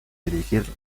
dirigir